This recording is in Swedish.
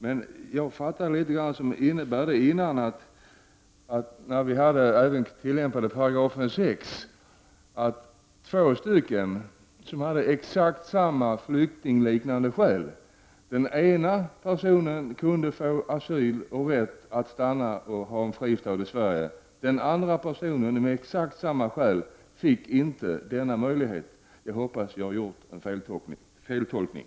Men föreligger nu samma läge som när 6 § tillämpades? Av två personer som hade exakt likadana flyktingliknande skäl kunde den ena personen få asyl, rätt att stanna och få en fristad i Sverige. Den andra personen fick inte denna möjlighet. Jag hoppas att jag har gjort en feltolkning.